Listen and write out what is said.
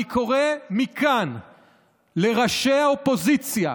אני קורא מכאן לראשי האופוזיציה,